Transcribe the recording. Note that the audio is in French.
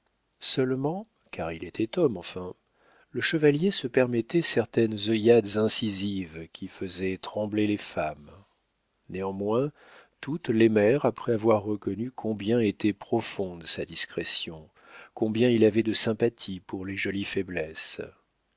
seulement car il était homme enfin le chevalier se permettait certaines œillades incisives qui faisaient trembler les femmes néanmoins toutes l'aimèrent après avoir reconnu combien était profonde sa discrétion combien il avait de sympathie pour les jolies faiblesses